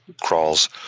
crawls